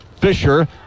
Fisher